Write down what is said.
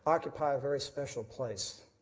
occupy a very special place.